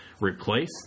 replace